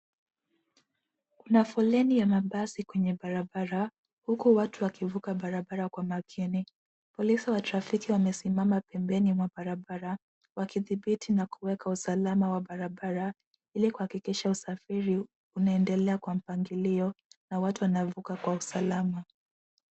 Kuna foleni ya mabasi kwenye barabara huku watu wakivuka barabara kwa makini. Polisi wa trafiki wamesimama pembeni mwa barabara wakidhibiti na kuweka usalama wa barabara ili kuhakikisha usafiri unaendelea kwa mpangilio na watu wanavuka kwa usalama.